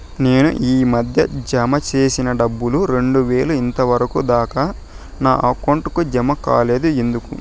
నేను ఈ మధ్య జామ సేసిన డబ్బులు రెండు వేలు ఇంతవరకు దాకా నా అకౌంట్ కు జామ కాలేదు ఎందుకు?